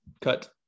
cut